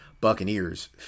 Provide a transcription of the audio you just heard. Buccaneers